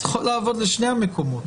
זה יכול לעבוד לשני הכיוונים.